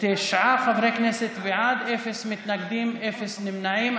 תשעה חברי כנסת בעד, אפס מתנגדים, אפס נמנעים.